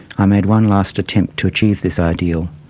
i made one last attempt to achieve this ideal,